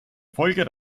folge